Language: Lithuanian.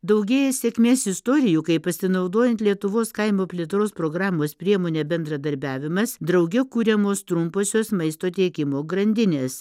daugėja sėkmės istorijų kaip pasinaudojant lietuvos kaimo plėtros programos priemone bendradarbiavimas drauge kuriamos trumposios maisto tiekimo grandinės